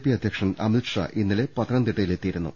P അധ്യക്ഷൻ അമിത് ഷാ ഇന്നലെ പത്തനംതിട്ടയിലെത്തിയിരുന്നു